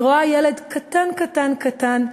היא רואה ילד קטן קטן קטן,